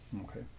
Okay